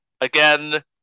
Again